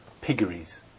piggeries